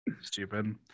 Stupid